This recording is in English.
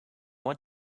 want